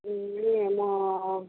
ए म